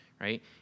right